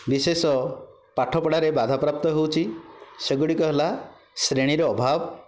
ବିଶେଷ ପାଠପଢ଼ାରେ ବାଧାପ୍ରାପ୍ତ ହେଉଛି ସେଗୁଡ଼ିକ ହେଲା ଶ୍ରେଣୀର ଅଭାବ